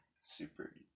super